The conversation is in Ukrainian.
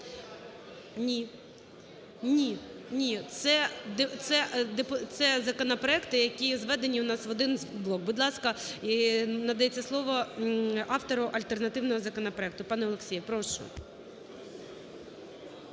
це, це законопроекти, які зведені у нас в один блок. Будь ласка, надається слово автору альтернативного законопроекту. Пане Олексій, прошу.